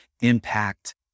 impact